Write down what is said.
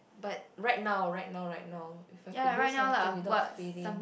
but right now right now right now if I could do something without failing